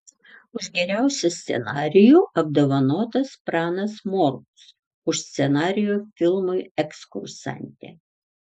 už geriausią scenarijų apdovanotas pranas morkus už scenarijų filmui ekskursantė